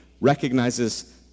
recognizes